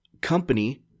company